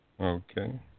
Okay